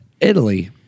Italy